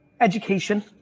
Education